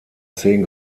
zehn